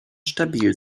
stabil